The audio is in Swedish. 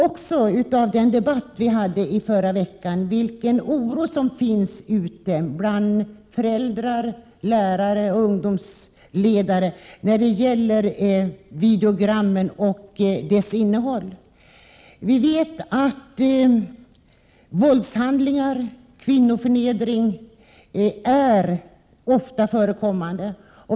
I den debatt vi hade förra veckan framkom också den oro som finns ute bland föräldrar, lärare och ungdomsledare när det gäller videogrammen och deras innehåll. Vi vet att våldshandlingar och kvinnoförnedring är ofta förekommande.